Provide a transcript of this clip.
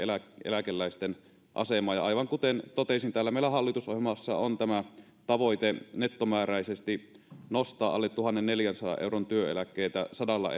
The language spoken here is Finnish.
eläkeläisten asemaa ja aivan kuten totesin täällä meillä on hallitusohjelmassa tämä tavoite nettomääräisesti nostaa alle tuhannenneljänsadan euron työeläkkeitä sadalla